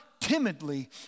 timidly